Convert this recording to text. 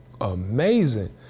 amazing